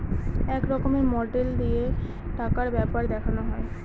এক রকমের মডেল দিয়ে টাকার ব্যাপার দেখানো হয়